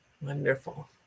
Wonderful